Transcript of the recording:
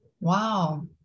Wow